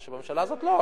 מה שבממשלה הזאת אין,